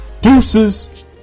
Deuces